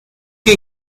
que